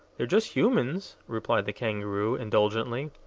they're just humans, replied the kangaroo, indulgently.